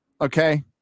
okay